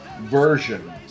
version